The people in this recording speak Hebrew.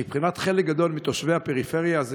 מבחינת חלק גדול מתושבי הפריפריה זה